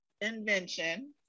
invention